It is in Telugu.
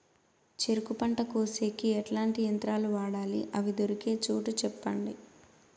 చెరుకు పంట కోసేకి ఎట్లాంటి యంత్రాలు వాడాలి? అవి దొరికే చోటు చెప్పండి?